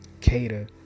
cater